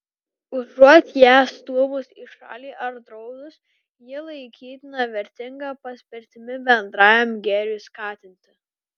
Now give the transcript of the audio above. užuot ją stūmus į šalį ar draudus ji laikytina vertinga paspirtimi bendrajam gėriui skatinti